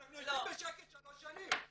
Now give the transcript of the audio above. אנחנו יושבים בשקט שלוש שנים.